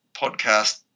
podcast